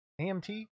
AMT